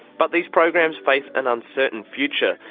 but these programs face an uncertain future.